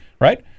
right